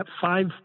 five